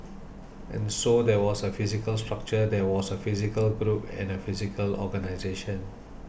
and so there was a physical structure there was a physical group and a physical organisation